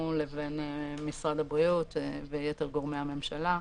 לבין משרד הבריאות ויתר גורמי הממשלה.